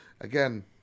again